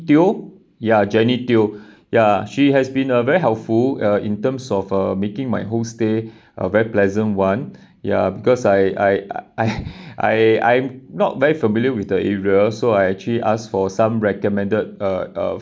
teo ya jenny teo ya she has been uh very helpful uh in terms of uh making my whole stay uh very pleasant [one] ya because I I I I I'm not very familiar with the area so I actually asked for some recommended uh